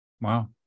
Wow